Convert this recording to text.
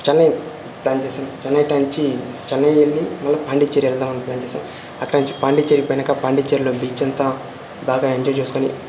Chennai plan చేశాం చెన్నై టాంచి చెన్నై వెళ్ళీ మళ్ళీ పాండిచ్చేరి వెళదామని ప్లాన్ చేశాం అక్కటాంచి పాండిచ్చేరి పోయినాక పాండిచ్చేరిలో బీచ్ అంతా బాగా ఎంజాయ్ చేసుకొని